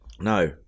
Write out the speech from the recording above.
No